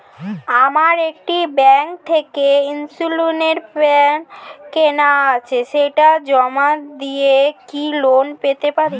আমার একটি ব্যাংক থেকে ইন্সুরেন্স প্ল্যান কেনা আছে সেটা জমা দিয়ে কি লোন পেতে পারি?